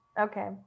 Okay